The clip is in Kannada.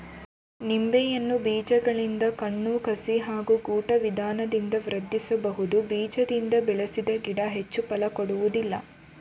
ನಿಂಬೆಯನ್ನು ಬೀಜಗಳಿಂದ ಕಣ್ಣು ಕಸಿ ಹಾಗೂ ಗೂಟ ವಿಧಾನದಿಂದ ವೃದ್ಧಿಸಬಹುದು ಬೀಜದಿಂದ ಬೆಳೆಸಿದ ಗಿಡ ಹೆಚ್ಚು ಫಲ ಕೊಡೋದಿಲ್ಲ